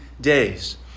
days